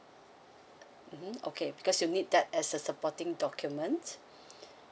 mmhmm okay because you need that as a supporting document